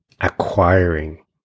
acquiring